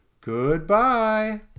Goodbye